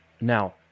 Now